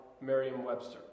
Merriam-Webster